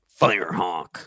Firehawk